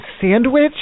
sandwich